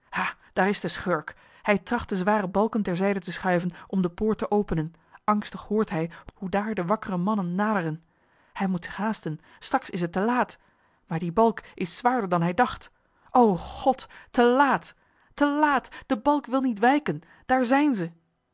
daar is de schurk hij tracht de zware balken ter zijde te schuiven om de poort te openen angstig hoort hij hoe daar de wakkere mannen naderen hij moet zich haasten straks is het te laat maar die balk is zwaarder dan hij dacht o god te laatte laat de balk wil niet wijken daar zijn ze